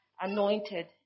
anointed